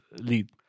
lead